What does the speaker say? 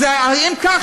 אז אם כך,